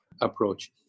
approach